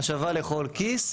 השווה לכל כיס.